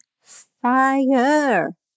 fire